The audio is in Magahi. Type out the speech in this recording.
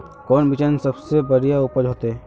कौन बिचन सबसे बढ़िया उपज होते?